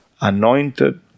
anointed